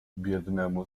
biednemu